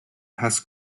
has